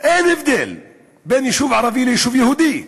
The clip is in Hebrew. אין הבדל בין יישוב ערבי ליישוב יהודי.